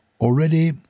already